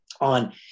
on